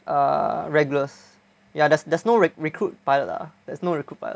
uh regulars ya there's there's no re~ recruit pilot lah there's no recruit pilot